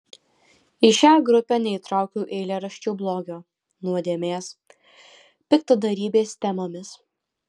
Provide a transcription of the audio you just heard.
į šią grupę neįtraukiau eilėraščių blogio nuodėmės piktadarybės temomis